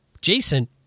Jason